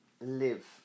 live